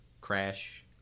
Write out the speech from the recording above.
crash